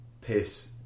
piss